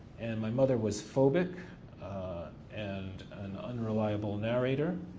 and my mother was phobic and an unreliable narrator,